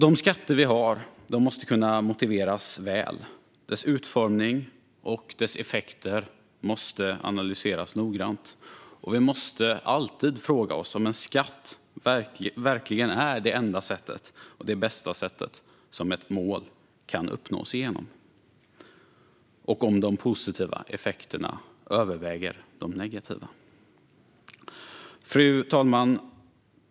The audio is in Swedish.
De skatter som vi har måste kunna motiveras väl, och utformningen och effekterna av dem måste analyseras noggrant. Vi måste alltid fråga oss om en skatt verkligen är det enda och bästa sättet att uppnå ett mål och om de positiva effekterna överväger de negativa. Fru talman!